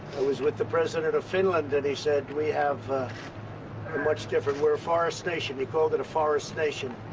i was with the president of finland and he said, we have a much different we're a forest nation. he called it a forest nation.